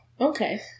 Okay